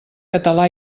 català